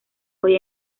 hoy